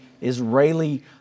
Israeli